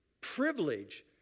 privilege